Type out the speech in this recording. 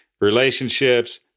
relationships